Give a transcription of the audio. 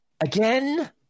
again